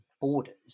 borders